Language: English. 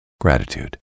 gratitude